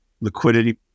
liquidity